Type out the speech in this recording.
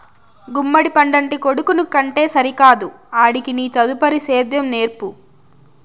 గుమ్మడి పండంటి కొడుకుని కంటే సరికాదు ఆడికి నీ తదుపరి సేద్యం నేర్పు